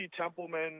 Templeman